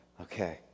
okay